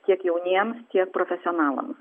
tiek jauniems tiek profesionalams